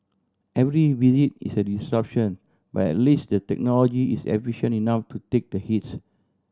every visit is a disruption but at least the technology is efficient enough to take the hit